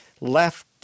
left